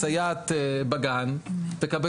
למערך